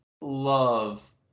love